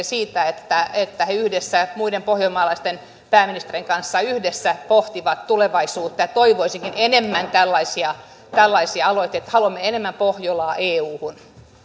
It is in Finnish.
siitä että että he yhdessä muiden pohjoismaalaisten pääministerien kanssa pohtivat tulevaisuutta toivoisinkin enemmän tällaisia tällaisia aloitteita että haluamme enemmän pohjolaa euhun